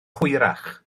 hwyrach